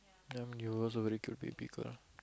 ya it was a very cute baby girl